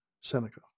Seneca